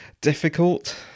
difficult